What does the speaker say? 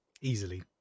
easily